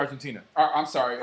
argentina i'm sorry